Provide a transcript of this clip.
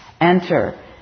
enter